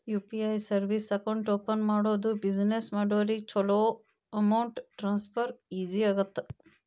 UPI service account open ಮಾಡೋದು business ಮಾಡೋರಿಗ ಚೊಲೋ ಅಮೌಂಟ್ ಟ್ರಾನ್ಸ್ಫರ್ ಈಜಿ ಆಗತ್ತ